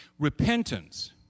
Repentance